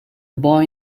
boy